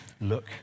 look